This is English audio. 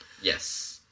Yes